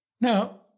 Now